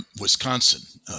Wisconsin